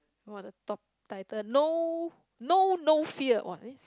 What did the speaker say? !wah! the talk title know know no fear !wah! risk